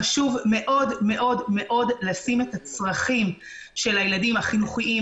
חשוב מאוד לשים את הצרכים של הילדים החינוכיים,